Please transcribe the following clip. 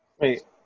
Wait